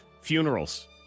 funerals